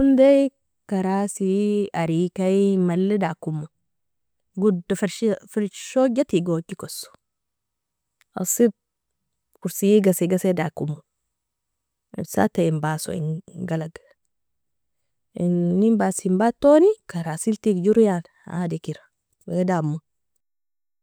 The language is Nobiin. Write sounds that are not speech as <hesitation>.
Undi karasie arikaie inmali dakomo, godo <hesitation> fershoja tigojikoso asi korsi gasi gasi dakomo isata inbaso <hesitation> ingalag, inenbasin batoni karasel tigjero yani adikera wadamo.